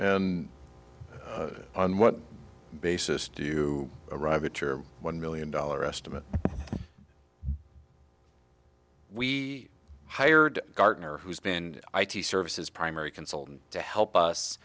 and on what basis do arrive at your one million dollar estimate we hired gartner who's been services primary consultant to help us